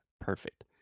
Perfect